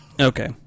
Okay